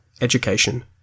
education